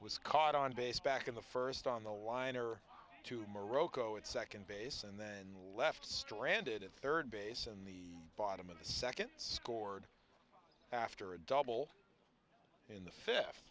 was caught on base back in the first on the line are two marocco at second base and then left stranded at third base in the bottom of the second scored after a double in the fifth